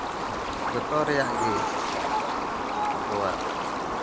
ᱡᱚᱛᱚ ᱨᱮᱭᱟᱜ ᱜᱮ ᱟᱵᱚᱣᱟᱜ